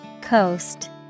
Coast